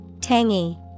Tangy